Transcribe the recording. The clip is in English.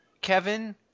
Kevin